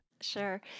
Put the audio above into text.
Sure